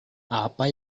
apa